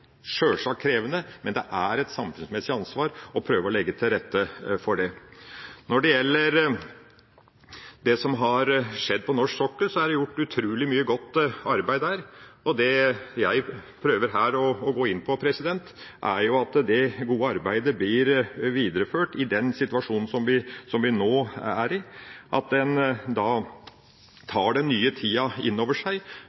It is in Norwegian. et samfunnsmessig ansvar å prøve å legge til rette for det. Når det gjelder det som har skjedd på norsk sokkel, er det gjort utrolig mye godt arbeid. Det jeg her prøver å gå inn på, er at det gode arbeidet blir videreført i den situasjonen som vi nå er i, og at en tar den nye tida inn over seg,